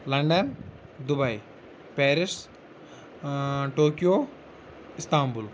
London Dubai Paris Tokyo Istanbul